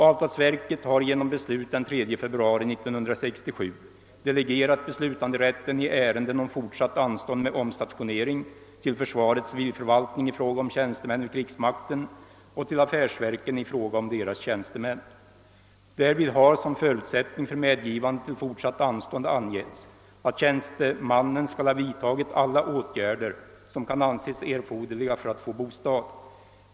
Avtalsverket har genom beslut den 3 februari 1967 delegerat beslutanderätten i ärenden om fortsatt anstånd med omstationering till försvarets civilförvaltning i fråga om tjänstemän vid krigsmakten och till affärsverken i fråga om deras tjänstemän. Därvid har som förutsättning för medgivande till fortsatt anstånd angetts, att tjänstemannen skall ha vidtagit alla åtgärder som kan anses erforderliga för att få bostad.